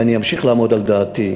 ואני אמשיך לעמוד על דעתי.